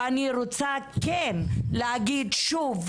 ואני כן רוצה כן להגיד שוב,